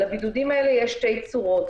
לבידודים האלה יש שתי צורות,